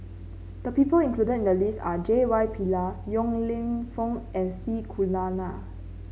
the people included in the list are J Y Pillay Yong Lew Foong and C Kunalan